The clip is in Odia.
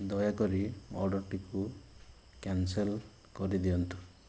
ଦୟାକରି ଅଡ଼ର୍ଟିକୁ କ୍ୟାନସେଲ୍ କରିଦିଅନ୍ତୁ